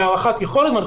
יש